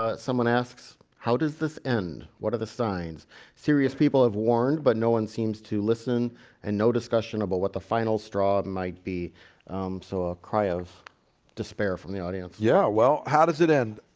ah someone asks, how does this end? what are the signs serious people have warned but no one seems to listen and no discussion about what the final straw might be so a cry of despair from the audience. yeah. well, how does it end?